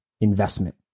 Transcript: investment